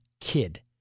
kid